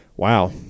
Wow